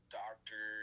doctor